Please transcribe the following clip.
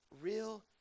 real